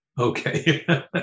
Okay